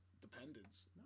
dependence